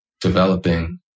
developing